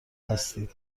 هستید